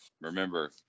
Remember